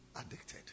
Addicted